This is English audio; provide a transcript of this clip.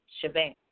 shebang